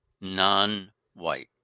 non-white